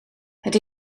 het